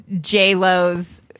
J-Lo's